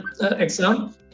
exam